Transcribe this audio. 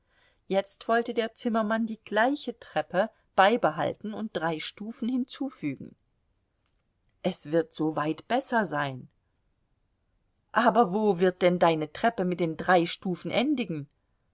jetzt wollte der zimmermann die gleiche treppe beibehalten und drei stufen hinzufügen es wird so weit besser sein aber wo wird denn deine treppe mit den drei stufen endigen